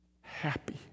happy